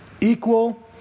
equal